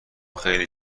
خیلی